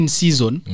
season